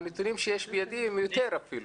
מהנתונים שיש בידי, הם יותר אפילו.